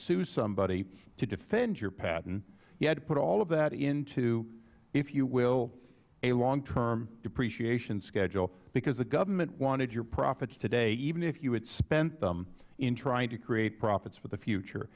sue somebody to defend your patent you had to put all of that into if you will a longterm depreciation schedule because the government wanted your profits today even if you had spent them in trying to create profits for the future